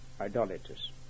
idolaters